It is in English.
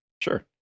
sure